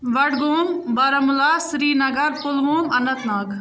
Budgam Baramulla Srinagar Pulwama Anant Nag